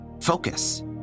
focus